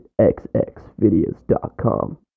xxvideos.com